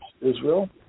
Israel